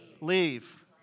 leave